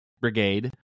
Brigade